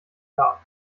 jahr